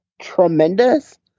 tremendous